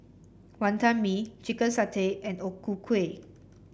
Wonton Mee Chicken Satay and O Ku Kueh